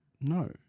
No